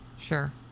sure